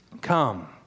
Come